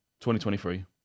2023